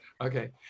Okay